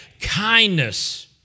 kindness